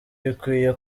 bikwiye